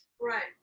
Right